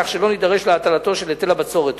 כך שלא נידרש עוד להטלתו של היטל הבצורת.